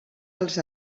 als